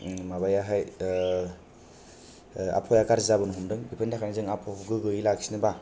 माबायाहाय आबहावाया गाज्रि जाबोनो हमदों बेफोरनि थाखायनो जों आबहावाखौ गोगोयै लाखिनो बा जोङो